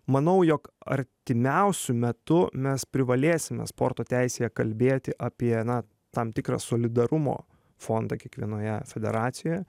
manau jog artimiausiu metu mes privalėsime sporto teisėje kalbėti apie na tam tikrą solidarumo fondą kiekvienoje federacijoje